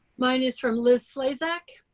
mine is from liz slezak.